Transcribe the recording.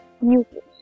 nucleus